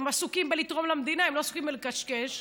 הם עסוקים בלתרום למדינה, הם לא עסוקים בלקשקש.